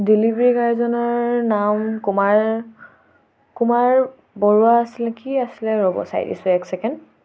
delivery গাইজনৰ নাম কুমাৰ কুমাৰ বৰুৱা আছিলে কি আছিলে ৰ'ব চাই দিছোঁ এক ছেকেণ্ড